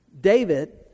David